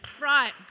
Right